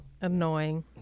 annoying